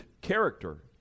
character